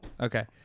Okay